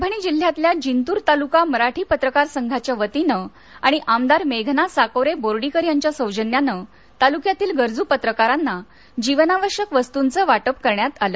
परभणी जिल्ह्यातल्या जिंतूर तालुका मराठी पत्रकार संघाच्या वतीनं आणि आमदार मेघना साकोरे बोर्डीकर यांच्या सौजन्यानं तालुक्यातील गरजू पत्रकारांना जीवनावश्यक वस्तूंचं वाटप करण्यात आलं